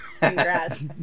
congrats